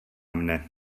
mne